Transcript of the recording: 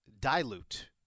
dilute